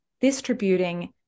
distributing